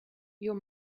your